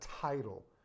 title